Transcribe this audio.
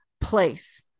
place